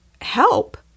help